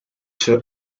two